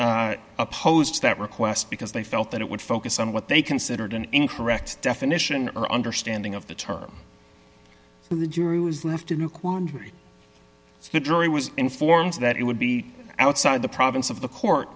e opposed to that request because they felt that it would focus on what they considered an incorrect definition or understanding of the term so the jury was left to do quandary so the jury was informed that it would be outside the province of the court